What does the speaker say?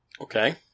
Okay